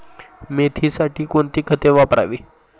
मेथीसाठी कोणती खते वापरावी?